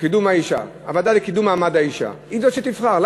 האישה היא שתבחר.